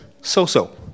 so-so